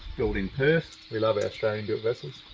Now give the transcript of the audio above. built in perth. we love our australian built vessels.